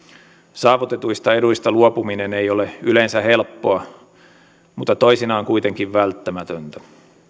saavutetuista eduista luopuminen ei ole yleensä helppoa mutta toisinaan kuitenkin välttämätöntä